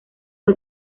fue